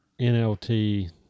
NLT